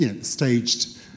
staged